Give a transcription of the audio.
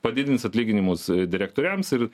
padidins atlyginimus a direktoriams ir